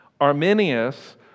Arminius